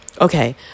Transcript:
okay